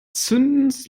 zündens